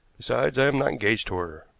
besides, i am not engaged to her.